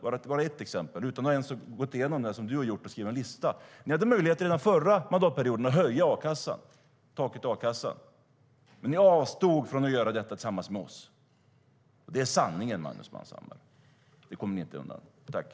För att bara ta ett exempel, alltså utan att gå igenom det som du har gjort och skriva en lista, hade ni under förra mandatperioden möjlighet att höja taket i a-kassan. Ni avstod dock från att göra detta tillsammans med oss.